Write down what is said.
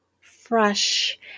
fresh